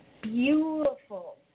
beautiful